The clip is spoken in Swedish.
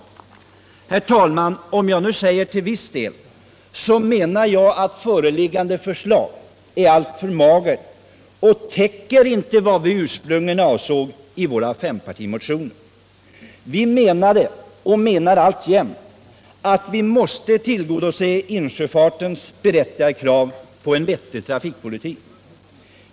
Nytt system för de Herr talman! Om jag nu säger till viss del, menar jag att föreliggande statliga sjöfartsavförslag är alltför magert och inte täcker vad vi ursprungligen avsåg i = gifterna våra fempartimotioner. Vi menade och menar alltjämt att vi måste tillgodose insjöfartens berättigade krav på en vettig trafikpolitik.